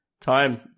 Time